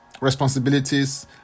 responsibilities